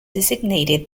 designated